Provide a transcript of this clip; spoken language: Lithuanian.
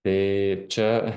tai čia